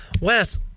Wes